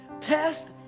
Test